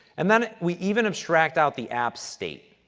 and then we even abstract out the app state.